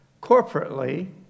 Corporately